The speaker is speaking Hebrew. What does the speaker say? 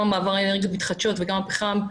גם המעבר לאנרגיות מתחדשות וגם הפחם,